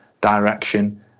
direction